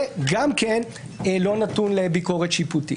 זה גם לא נתון לביקורת שיפוטית.